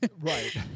Right